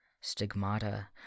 Stigmata